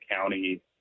county